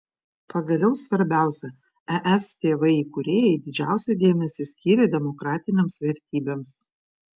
pagaliau svarbiausia es tėvai įkūrėjai didžiausią dėmesį skyrė demokratinėms vertybėms